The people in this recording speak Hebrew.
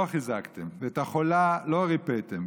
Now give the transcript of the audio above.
"ואת החולה לא רִפאתם,